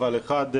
אבל אחד,